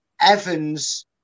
Evans